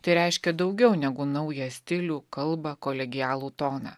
tai reiškia daugiau negu naują stilių kalbą kolegialų toną